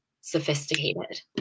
sophisticated